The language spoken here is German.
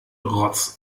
rotz